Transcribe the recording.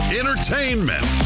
entertainment